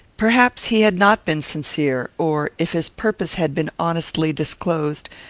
perhaps he had not been sincere or, if his purpose had been honestly disclosed,